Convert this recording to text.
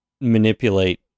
manipulate